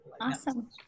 awesome